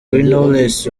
knowless